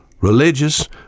religious